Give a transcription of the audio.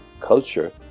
culture